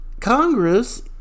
Congress